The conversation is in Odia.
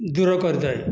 ଦୂର କରିଥାଏ